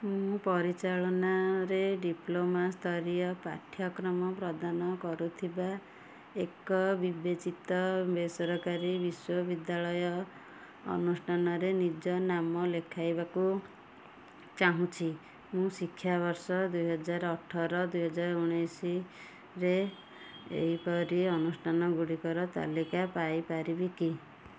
ମୁଁ ପରିଚାଳନାରେ ଡିପ୍ଲୋମା ସ୍ତରୀୟ ପାଠ୍ୟକ୍ରମ ପ୍ରଦାନ କରୁଥିବା ଏକ ବିବେଚିତ ବେସରକାରୀ ବିଶ୍ୱବିଦ୍ୟାଳୟ ଅନୁଷ୍ଠାନରେ ନିଜର ନାମ ଲେଖାଇବାକୁ ଚାହୁଁଛି ମୁଁ ଶିକ୍ଷାବର୍ଷ ଦୁଇ ହଜାର ଅଠର ଦୁଇହାଜରେ ଉଣେଇଶିରେ ଏହିପରି ଅନୁଷ୍ଠାନଗୁଡ଼ିକର ତାଲିକା ପାଇ ପାରିବି କି